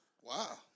Wow